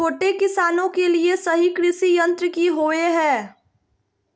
छोटे किसानों के लिए सही कृषि यंत्र कि होवय हैय?